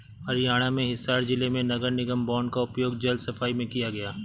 हरियाणा में हिसार जिले में नगर निगम बॉन्ड का उपयोग जल सफाई में किया गया